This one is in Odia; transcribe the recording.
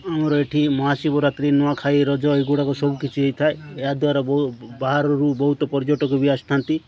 ଆମର ଏଇଠି ମହାଶିବରାତ୍ରି ନୂଆଖାଇ ରଜ ଏଗୁଡ଼ାକ ସବୁ କିଛି ହୋଇଥାଏ ଏହା ଦ୍ଵାରା ବାହାରରୁ ବହୁତ ପର୍ଯ୍ୟଟକ ବି ଆସିଥାନ୍ତି